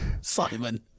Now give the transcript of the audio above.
Simon